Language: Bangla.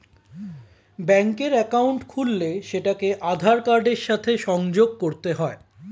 ব্যাঙ্কের অ্যাকাউন্ট খুললে সেটাকে আধার কার্ডের সাথে সংযোগ করতে হয়